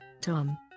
Tom